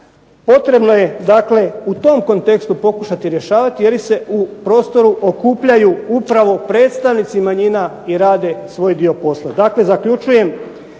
Potrebno je dakle u tom kontekstu pokušati rješavati je li se u prostoru okupljaju upravo predstavnici manjina i rade svoj dio posla.